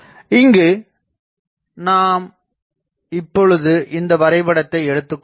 இங்கு நான் இப்போது இந்த வரைபடத்தை எடுத்துக்கொள்வோம்